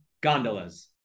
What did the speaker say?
gondolas